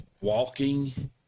walking